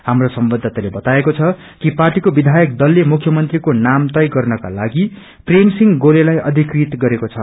हाम्रो संवाददाताले बताएको छ कि पार्टीको वियायक दलले मुख्यमंत्रीको नाम तय गन्नका लागि प्रेम सिंह गोलेलाई अविकृत गरेको छ